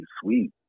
sweet